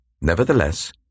nevertheless